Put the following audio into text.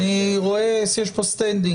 אני רואה שיש פה זכות עמידה.